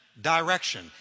direction